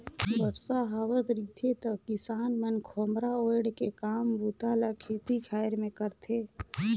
बरसा हावत रिथे त किसान मन खोम्हरा ओएढ़ के काम बूता ल खेती खाएर मे करथे